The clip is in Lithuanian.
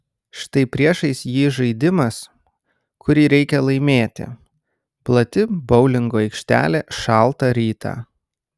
štai priešais jį žaidimas kurį reikia laimėti plati boulingo aikštelė šaltą rytą